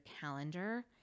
calendar